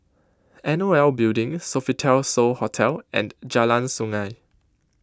N O L Building Sofitel So Hotel and Jalan Sungei